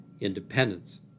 independence